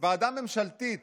ועדה ממשלתית